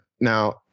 now